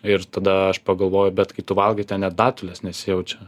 ir tada aš pagalvoju bet kai tu valgai ten net datulės nesijaučia